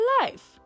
life